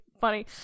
funny